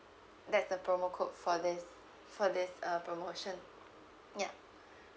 that's the promo code for this for this uh promotion yeah